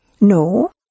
No